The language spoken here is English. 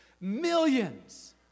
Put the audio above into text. millions